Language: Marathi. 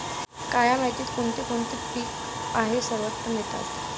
काया मातीत कोणते कोणते पीक आहे सर्वोत्तम येतात?